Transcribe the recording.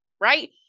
right